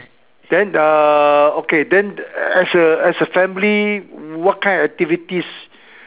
then uh okay then as a as a family what kind of activities